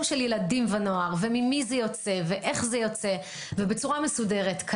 של ילדים ונוער וממי ואיך זה יוצא בצורה מסודרת.